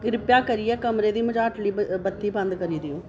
किरपा करियै कमरे दी मझाटली ब बत्ती बंद करी देओ